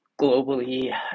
globally